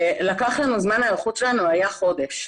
זמן ההיערכות שלנו היה חודש.